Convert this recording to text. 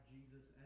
Jesus